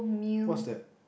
what's that